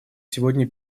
сегодня